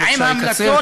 בבקשה לקצר,